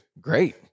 great